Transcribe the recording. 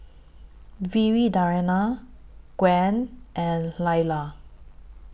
Viridiana Gwen and Lalla